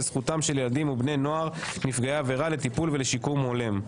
וזכותם של ילדים ובני נוער נפגעי עבירה לטיפול ולשיקום הולם.